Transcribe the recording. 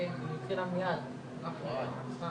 ואם בסוף אנחנו לא נצליח לקיים על זה דיון מסודר לפני שזה יוצא